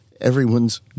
Everyone's